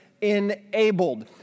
enabled